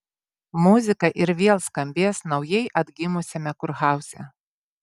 muzika ir vėl skambės naujai atgimusiame kurhauze